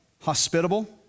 Hospitable